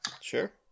Sure